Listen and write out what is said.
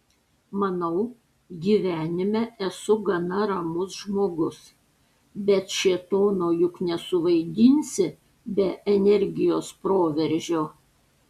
manau gyvenime esu gana ramus žmogus bet šėtono juk nesuvaidinsi be energijos proveržio